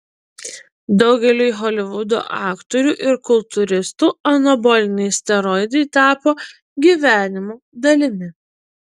daugeliui holivudo aktorių ir kultūristų anaboliniai steroidai tapo gyvenimo dalimi